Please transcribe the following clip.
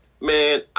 Man